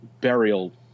Burial